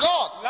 God